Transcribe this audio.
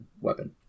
weapon